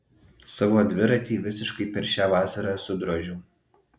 savo dviratį visiškai per šią vasarą sudrožiau